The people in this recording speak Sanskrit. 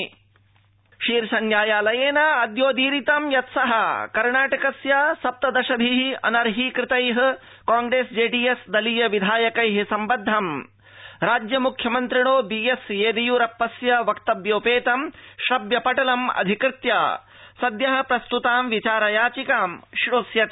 शीर्षन्यायालय कर्णाटकविधायका शीर्ष न्यायालयेन अद्योदीरितं यत् स कर्णाटकस्य सप्तदशभि अनर्हींकृतै कांप्रेस जेडीएस दलीय विधायकै सम्बद्ध राज्य मुख्य मन्त्रिणो बी एस येदियुरप्पस्य वक्तव्योपेतं श्रव्य पटलम् अधिकृत्य सद्य प्रस्तुतां विचार याचिकां श्रोष्यति